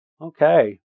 Okay